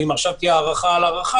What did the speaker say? ואם תהיה הארכה על הארכה,